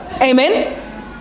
Amen